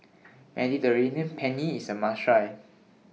Mediterranean Penne IS A must Try